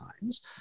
times